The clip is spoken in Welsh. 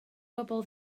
bobol